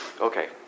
Okay